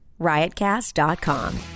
Riotcast.com